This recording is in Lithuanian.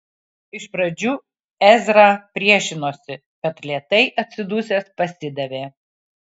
iš pradžių ezra priešinosi bet lėtai atsidusęs pasidavė